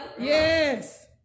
Yes